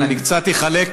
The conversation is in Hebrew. לא כולם חברי חו"ב.